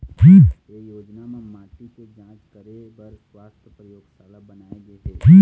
ए योजना म माटी के जांच करे बर सुवास्थ परयोगसाला बनाए गे हे